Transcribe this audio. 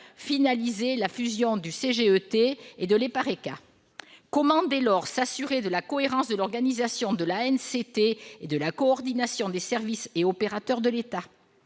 finalisé la fusion du CGET et de l'EPARECA. Comment, dès lors, s'assurer de la cohérence de l'organisation de l'ANCT et de la coordination des services et opérateurs de l'État ?